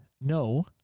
No